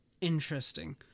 interesting